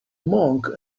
monk